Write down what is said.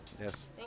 yes